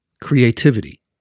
creativity